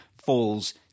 falls